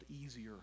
easier